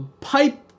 pipe